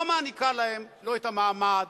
לא מעניקה להם לא את המעמד,